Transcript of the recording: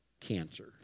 cancer